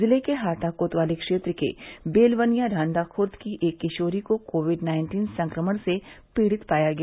जिले के हाटा कोतवाली क्षेत्र के बेलवनिया ढांढा खूर्द की एक किशोरी को कोविड नाइन्टीन संक्रमण से पीड़ित पाया गया